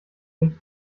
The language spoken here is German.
sich